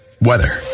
weather